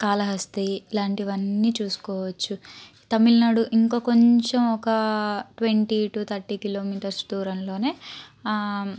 కాళహస్తి ఇలాంటివన్నీ చూసుకోవచ్చు తమిళనాడు ఇంకా కొంచం ఒక ట్వంటీ టూ థర్టీ కిలోమీటర్స్ దూరంలోనే